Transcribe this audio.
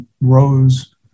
rose